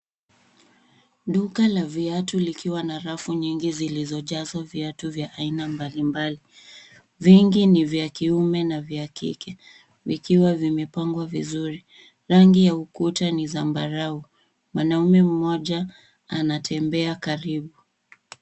Duka la viatu likiwa na rafu nyingi zilizojazwa viatu vya aina mbalimbali. Vingi ni vya kiume na vya kike, vikiwa vimepangwa vizuri. Rangi ya ukuta ni zambarau. Mwanamume mmoja anatembea karibu.